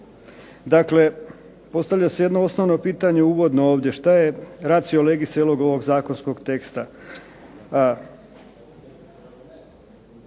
Dakle, postavlja se jedno osnovno pitanje uvodno ovdje, što je racio legis cijelog ovog zakonskog teksta?